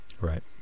Right